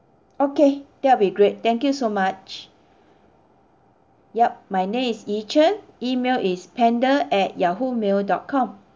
okay that'll be great thank you so much yup my name is yi chen email is panda at Yahoo mail dot com